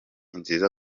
nziza